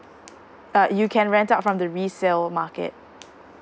uh you can rent out from the resale market